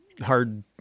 hard